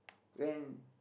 when